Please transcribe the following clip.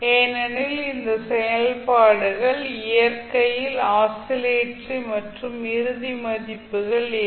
ஏனெனில் இந்த செயல்பாடுகள் இயற்கையில் ஆசிலேட்டரி மற்றும் இறுதி மதிப்புகள் இல்லை